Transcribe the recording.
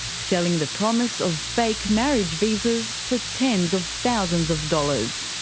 selling the promise of fake marriage visas for tens of thousands of dollars.